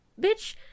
bitch